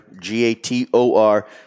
G-A-T-O-R